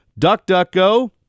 DuckDuckGo